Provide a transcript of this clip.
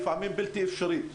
לפעמים בלתי אפשרית.